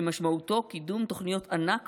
שמשמעותו קידום תוכניות ענק